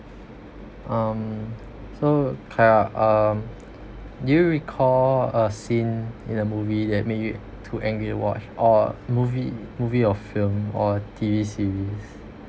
um so clara um do you recall a scene in a movie that make you too angry to watch or movie movie or film or T_V series